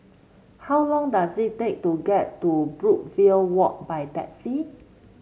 how long does it take to get to Brookvale Walk by taxi